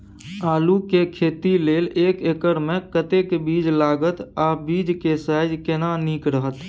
आलू के खेती लेल एक एकर मे कतेक बीज लागत आ बीज के साइज केना नीक रहत?